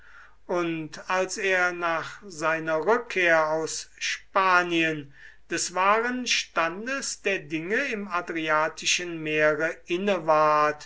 und als er nach seiner rückkehr aus spanien des wahren standes der dinge im adriatischen meere inne